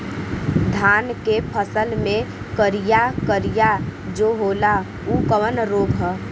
धान के फसल मे करिया करिया जो होला ऊ कवन रोग ह?